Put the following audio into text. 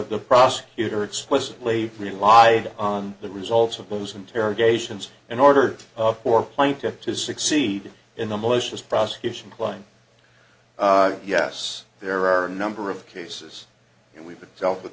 the prosecutor explicitly relied on the results of those interrogations in order of for plaintiff to succeed in the malicious prosecution klein yes there are a number of cases and we've dealt with